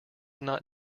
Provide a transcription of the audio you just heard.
not